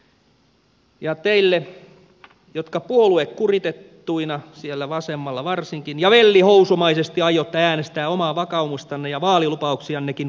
ja teille jotka puoluekuritettuina siellä vasemmalla varsinkin ja vellihousumaisesti aiotte äänestää omaa vakaumustanne ja vaalilupauksiannekin vastaan sanon